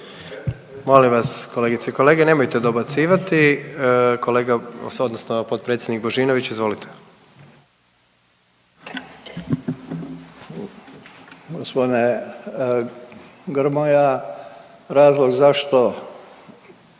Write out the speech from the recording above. Molim vas, kolegice i kolege, nemojte dobacivati. Kolega, odnosno potpredsjednik Božinović, izvolite. **Božinović, Davor (HDZ)**